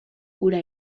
hura